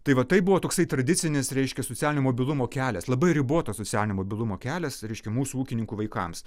tai va tai buvo toksai tradicinis reiškia socialinio mobilumo kelias labai ribotas socialinio mobilumo kelias reiškia mūsų ūkininkų vaikams